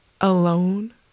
alone